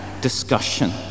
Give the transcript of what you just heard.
discussion